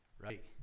right